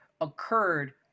occurred